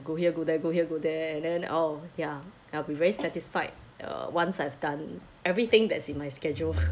go here go there go here go there and then oh ya I'll be very satisfied uh once I've done everything that's in my schedule